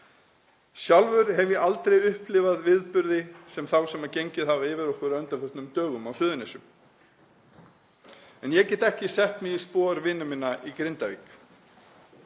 Sjálfur hef ég aldrei upplifað viðburði sem þá sem gengið hafa yfir okkur á undanförnum dögum á Suðurnesjum. En ég get ekki sett mig í spor vina minna í Grindavík.